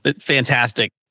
fantastic